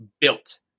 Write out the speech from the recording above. built